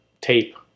tape